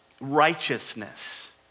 righteousness